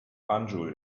banjul